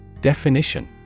Definition